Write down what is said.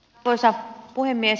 arvoisa puhemies